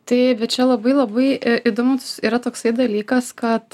tai čia labai labai įdomus yra toksai dalykas kad